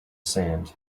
sand